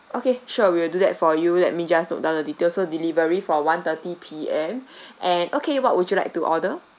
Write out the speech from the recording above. okay sure we will do that for you let me just note down the details so delivery for one thirty P_M and okay what would you like to order